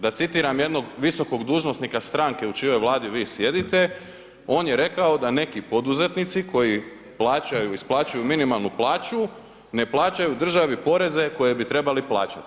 Da citiram jednog visokog državnog dužnosnika stranke u čijoj Vladi vi sjedite, on je rekao da neki poduzetnici koji plaćaju, isplaćuju minimalnu plaću ne plaćaju državi poreze koje bi trebali plaćati.